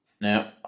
Now